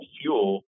fuel